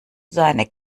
seine